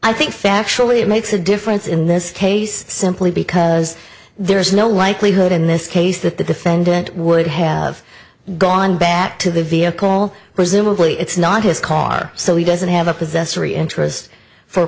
i think factually it makes a difference in this case simply because there is no likelihood in this case that the defendant would have gone back to the vehicle presumably it's not his car so he doesn't have a possessory interest for